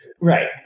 Right